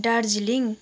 Darjeeling